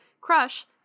crush